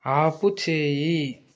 ఆపుచేయి